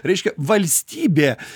reiškia valstybė